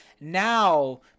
Now